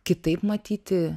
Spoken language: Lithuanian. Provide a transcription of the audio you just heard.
kitaip matyti